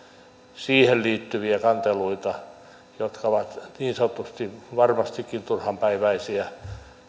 siihen liittyviä kanteluita jotka ovat niin sanotusti varmastikin turhanpäiväisiä